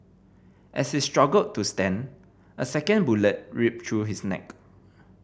as he struggled to stand a second bullet ripped through his neck